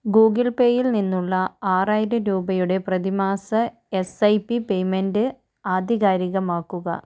Google പേയിൽ നിന്നുള്ള ആറായിരം രൂപയുടെ പ്രതിമാസ എസ് ഐ പി പേയ്മെന്റ് ആധികാരികമാക്കുക